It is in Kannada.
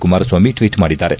ಕುಮಾರಸ್ನಾಮಿ ಟ್ವೀಟ್ ಮಾಡಿದ್ದಾರೆ